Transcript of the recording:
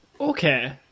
okay